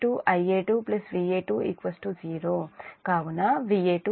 కాబట్టి Va2 Z2 Ia2